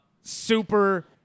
super